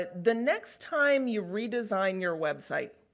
but the next time you redesign your website,